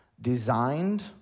designed